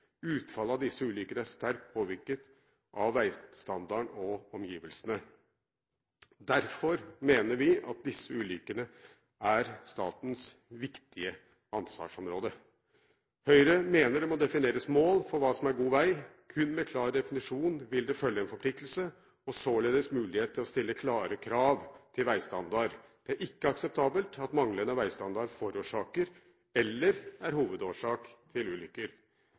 Utfallet av disse ulykkene er sterkt påvirket av veistandarden og omgivelsene. Derfor mener vi at disse ulykkene er statens viktigste ansvarsområde. Høyre mener det må defineres mål for hva som er god vei. Kun med klar definisjon vil det følge en forpliktelse og således mulighet til å stille klare krav til veistandard. Det er ikke akseptabelt at manglende veistandard forårsaker eller er hovedårsak til ulykker.